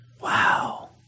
Wow